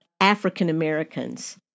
African-Americans